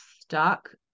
stuck